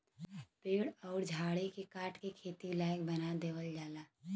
पेड़ अउर झाड़ी के काट के खेती लायक बना देवल जाला